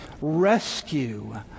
rescue